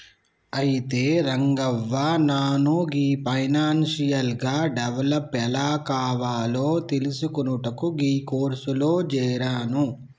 అయితే రంగవ్వ నాను గీ ఫైనాన్షియల్ గా డెవలప్ ఎలా కావాలో తెలిసికొనుటకు గీ కోర్సులో జేరాను